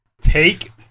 take